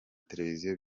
televiziyo